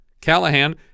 Callahan